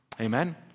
Amen